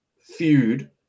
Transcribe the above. feud